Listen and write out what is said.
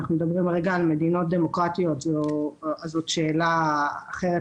אם מדברים על מדינות דמוקרטיות זאת כבר שאלה אחרת